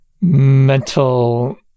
mental